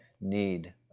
need